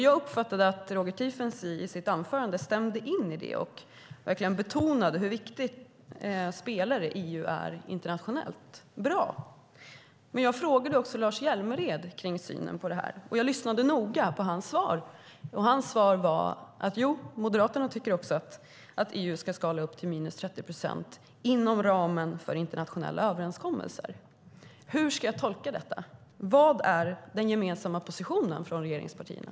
Jag uppfattade att Roger Tiefensee i sitt anförande stämde in i detta och betonade hur viktig spelare EU är internationellt. Bra, men jag frågade också Lars Hjälmered om hans syn på detta, och jag lyssnade noga på hans svar. Hans svar var att Moderaterna också tycker att EU ska skala upp till minus 30 procent inom ramen för internationella överenskommelser. Hur ska jag tolka detta? Vad är den gemensamma positionen från regeringspartierna?